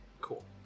cool